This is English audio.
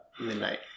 midnight